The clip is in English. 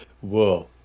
whoa